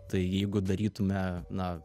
tai jeigu darytume na